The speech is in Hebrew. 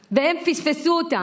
והם פספסו אותם.